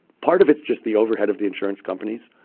part of it's just the overhead of the insurance companies.